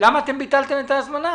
למה אתם ביטלתם את ההזמנה.